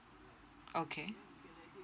okay